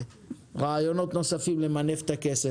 רעיונות נוספים למנף את הכסף.